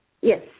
Yes